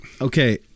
Okay